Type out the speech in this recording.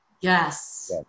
Yes